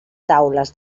taules